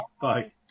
Bye